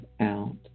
out